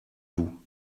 vous